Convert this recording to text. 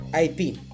IP